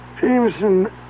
Jameson